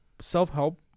self-help